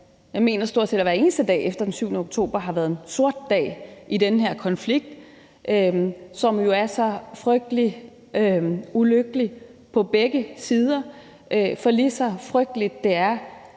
også, at stort set hver eneste dag siden den 7. oktober har været en sort dag i den her konflikt, som jo er så frygtelig ulykkelig på begge sider. For lige så frygteligt det er